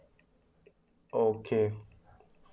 okay